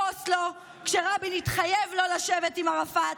מאוסלו, כשרבין התחייב לא לשבת עם ערפאת,